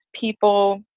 people